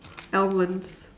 almonds